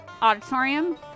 Auditorium